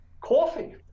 coffee